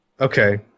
Okay